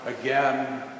again